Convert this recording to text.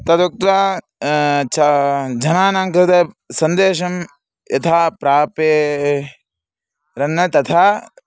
तदुक्त्वा च जनानां कृते सन्देशः यथा प्रापेरन् तथा